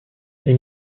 est